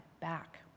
back